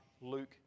Luke